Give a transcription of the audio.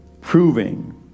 proving